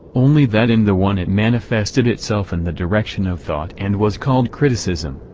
only that in the one it manifested itself in the direction of thought and was called criticism,